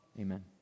Amen